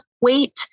weight